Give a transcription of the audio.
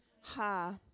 Ha